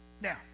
Now